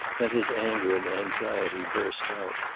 then his anger and anxiety burst out.